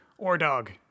Ordog